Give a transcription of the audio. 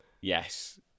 Yes